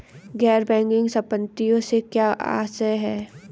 गैर बैंकिंग संपत्तियों से क्या आशय है?